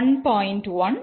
1 2